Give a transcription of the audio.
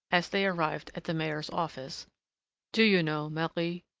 as they arrived at the mayor's office do you know, marie,